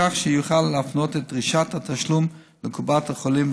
כך שיוכל להפנות את דרישת התשלום לקופת החולים,